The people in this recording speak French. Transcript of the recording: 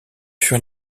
fuir